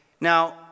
Now